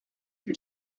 you